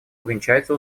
увенчается